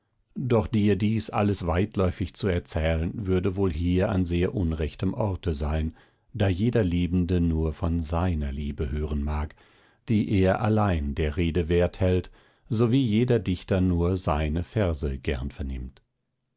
doch dir dies alles weitläuftig zu erzählen würde wohl hier an sehr unrechtem orte sein da jeder liebende nur von seiner liebe hören mag die er allein der rede wert hält sowie jeder dichter nur seine verse gern vernimmt